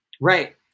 Right